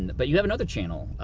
but you have another channel,